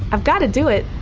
i've got to do it,